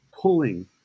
pulling